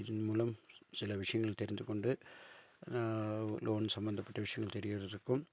இதன் மூலம் சில விஷயங்கள் தெரிந்து கொண்டு லோன் சம்பந்தபட்ட விஷயங்கள் தெரிகிறதுக்கும்